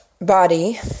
body